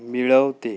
मिळव ते